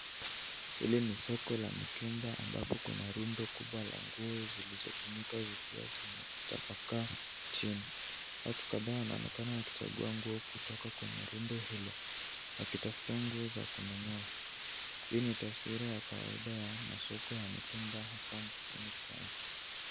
Hili ni soko la mitumba ambapo kuna rundo kubwa la nguo zilizotumika zikiwa zimetapakaa chini. Watu kadhaa wanaonekana wakichagua nguo kutoka kwenye rundo hilo wakitafuta nguo za kununua. Hii ni taswira ya kawaida ya masoko ya mitumba hapa nchini Kenya.